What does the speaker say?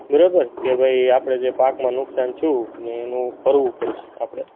બરાબર કે ભાઈ આપણે જે પાકમાં નુકસાન થયું ને એનું ભરવું પડશે આપણે